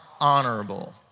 honorable